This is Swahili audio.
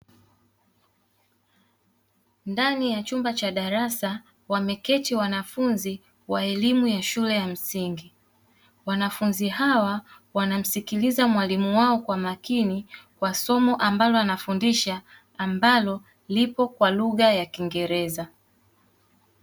Ndani ya chumba cha darasa wameketi wanafunzi wa elimu ya shule ya msingi, wanafunzi hawa wanamsikiliza mwalimu wao kwa makini kwa somo ambalo anafundisha ambalo lipo kwa lugha ya kingereza.